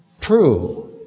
true